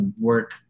work